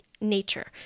nature